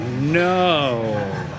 no